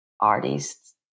artists